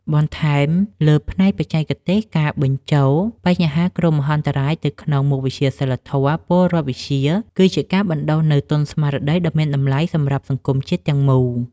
បន្ថែមពីលើផ្នែកបច្ចេកទេស ការបញ្ចូលបញ្ហាគ្រោះមហន្តរាយទៅក្នុងមុខវិជ្ជាសីលធម៌-ពលរដ្ឋវិជ្ជា គឺជាការបណ្ដុះនូវទុនស្មារតីដ៏មានតម្លៃសម្រាប់សង្គមជាតិទាំងមូល។